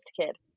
kid